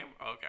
okay